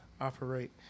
operate